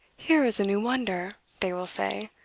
here is a new wonder they will say.